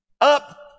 up